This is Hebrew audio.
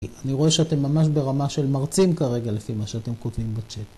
אני רואה שאתם ממש ברמה של מרצים כרגע לפי מה שאתם כותבים בצ'אט.